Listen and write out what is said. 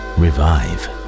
revive